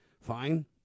Fine